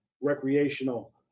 recreational